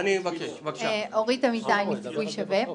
אורית אמיתי מ"סיכוי שווה".